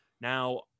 Now